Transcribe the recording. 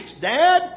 dad